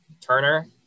Turner